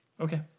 Okay